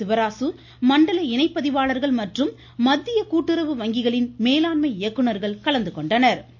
சிவராசு மண்டல இணைபதிவாளர்கள் மற்றும் மத்திய கூட்டுறவு வங்கிகளின் மேலாண்மை இயக்குநா்கள் கலந்துகொண்டனா்